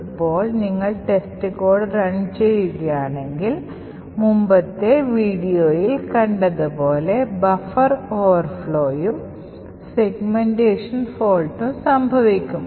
ഇപ്പോൾ നിങ്ങൾ test code run ചെയ്യുകയാണെങ്കിൽ മുമ്പത്തെ വീഡിയോയിൽ കണ്ടതുപോലെ ബഫർ ഓവർഫ്ലോയും സെഗ്മെന്റേഷൻ fault ഉം സംഭവിക്കും